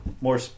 more